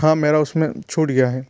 हाँ मेरा उसमें छूट गया है